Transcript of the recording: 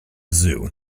zoo